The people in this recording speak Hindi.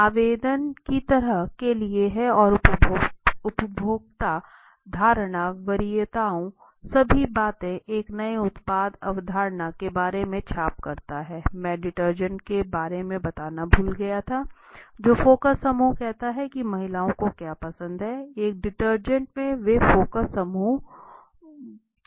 आवेदन की तरह के लिए है और उपभोक्ता धारणा वरीयताओं सभी बातें एक नए उत्पाद अवधारणा के बारे में छाप प्राप्त करती हैं मैं डिटर्जेंट के बारे में बताना भूल गया था जब फोकस समूह करते हैं कि महिलाओं को क्या पसंद है एक डिटर्जेंट में वे फोकस समूह चर्चा करते हैं